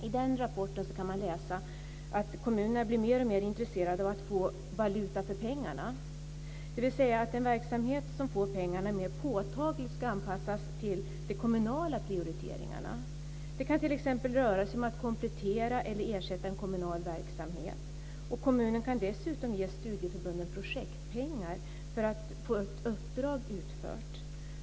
I dess rapport kan man läsa att kommunerna blir mer och mer intresserade av att få "valuta för pengarna", dvs. att den verksamhet som får pengarna mer påtagligt ska anpassas till de kommunala prioriteringarna. Det kan t.ex. röra sig om att komplettera eller ersätta en kommunal verksamhet. Kommunen kan dessutom ge studieförbunden projektpengar för att få ett uppdrag utfört.